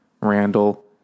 Randall